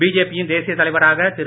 BJP யின் தேசிய தலைவராக திரு